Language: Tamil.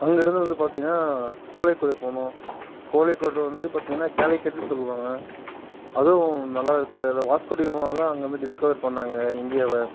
அங்கிருந்து வந்து பார்த்தீங்னா கோழிக்கூடு போனோம் கோழிக்கூடு வந்து பார்த்தீங்னா கேலிக்கேட்னு சொல்லுவாங்க அதுவும் நல்லா இருக்குது அது வாஸ்கோடிகாமா தான் அங்கே வந்து டிஸ்க்கவர் பண்ணிணாங்க இந்தியாவை